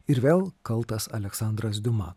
ir vėl kaltas aleksandras diuma